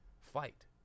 fight